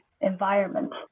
environment